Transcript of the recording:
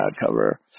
cover